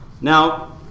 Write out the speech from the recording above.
Now